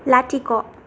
लाथिख'